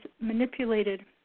manipulated